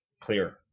clear